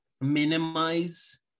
minimize